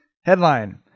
Headline